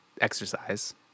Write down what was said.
exercise